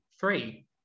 three